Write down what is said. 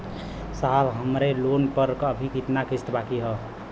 साहब हमरे लोन पर अभी कितना किस्त बाकी ह?